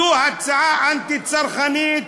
זו הצעה אנטי-צרכנית,